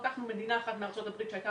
לקחנו מדינה אחת מארצות הברית שהייתה